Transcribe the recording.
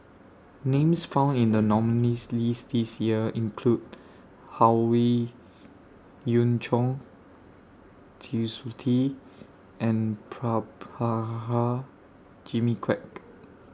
Names found in The nominees' list This Year include Howe Yoon Chong Twisstii and Jimmy Quek